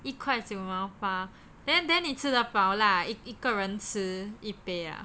一块九毛八 then then 你吃得饱 lah 一个人吃一杯啊